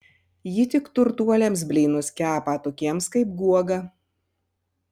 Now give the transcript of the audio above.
ji tik turtuoliams blynus kepa tokiems kaip guoga